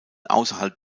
außerhalb